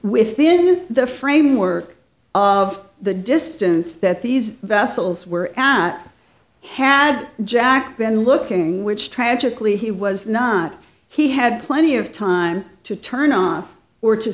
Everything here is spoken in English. within the framework of the distance that these vessels were at had jack been looking which tragically he was not he had plenty of time to turn off or to